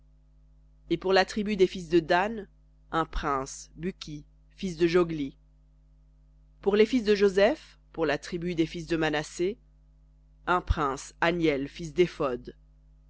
et pour la tribu des fils de dan un prince bukki fils de jogli pour les fils de joseph pour la tribu des fils de manassé un prince hanniel fils